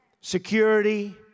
security